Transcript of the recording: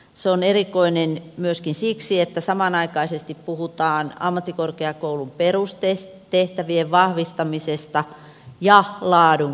se on erikoinen myöskin siksi että samaan aikaan puhutaan ammattikorkeakoulun perustehtävien vahvistamisesta ja laadun kehittämisestä